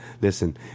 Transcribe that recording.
Listen